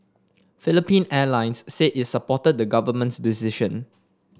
Philippine Airlines said it supported the government's decision